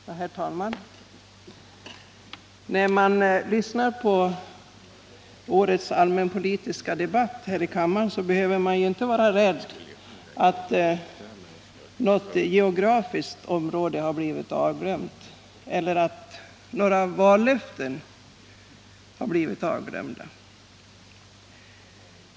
Herr talman! När man lyssnar på årets allmänpolitiska debatt här i riksdagen behöver man inte vara rädd för att något geografiskt område blivit glömt eller några vallöften blivit glömda.